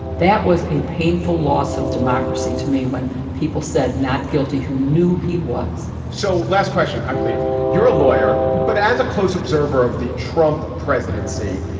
that was a painful loss of democracy to me when people said not guilty. who knew he was so last question. i believe you're a lawyer. but as a close observer of the trump presidency,